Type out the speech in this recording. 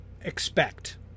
expect